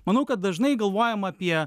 manau kad dažnai galvojama apie